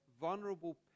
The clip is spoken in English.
vulnerable